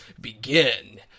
begin